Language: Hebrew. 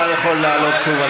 אתה יכול לעלות שוב,